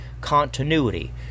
continuity